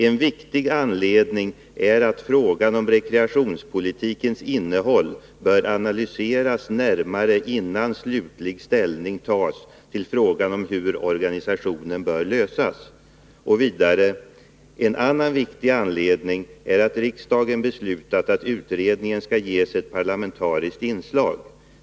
En viktig anledning är att frågan om rekreationspolitikens innehåll bör analyseras närmare innan slutlig ställning tas till frågan om hur organisationen bör lösas.” Vidare säger utredaren: ”En annan viktig anledning är att riksdagen ——- beslutat att utredningen skall ges ett parlamentariskt inslag.